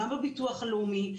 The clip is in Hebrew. גם בביטוח הלאומי,